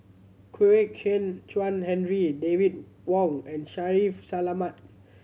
Kwek Hian Chuan Henry David Wong and Shaffiq Selamat